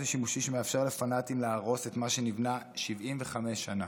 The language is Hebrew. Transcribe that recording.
השימושי שמאפשר לפנאטים להרוס את מה שנבנה 75 שנה.